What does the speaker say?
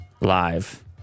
Live